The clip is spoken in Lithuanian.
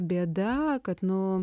bėda kad nu